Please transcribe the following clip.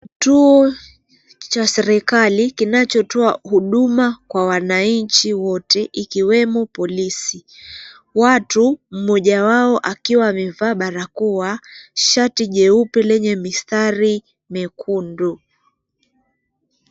Kituo cha serikali kinachotoa huduma kwa wananchi wote ikiwemo polisi. Watu, mmoja wao akiwa amevaa barakoa, shati jeupe lenye mistari mekundu.